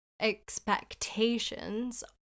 Expectations